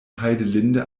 heidelinde